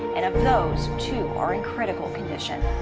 and of those, two are in critical condition.